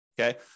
okay